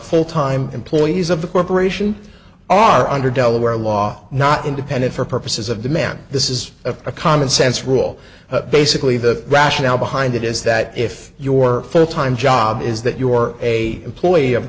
full time employees of the corporation are under delaware law not independent for purposes of demand this is a common sense rule basically the rationale behind it is that if your first time job is that your a employee of